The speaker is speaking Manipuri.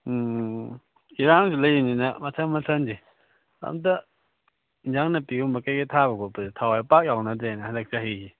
ꯎꯝ ꯏꯔꯥꯡꯁꯨ ꯂꯩꯕꯅꯤꯅ ꯃꯇꯝ ꯃꯇꯝꯁꯦ ꯑꯝꯇ ꯏꯟꯖꯥꯡ ꯅꯥꯄꯤꯒꯨꯝꯕ ꯀꯔꯤ ꯀꯔꯤ ꯊꯥꯕ ꯈꯣꯠꯄꯁꯨ ꯊꯋꯥꯏ ꯄꯥꯛ ꯌꯥꯎꯅꯗ꯭ꯔꯦꯅꯦ ꯍꯟꯗꯛ ꯆꯍꯤꯁꯦ